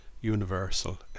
universal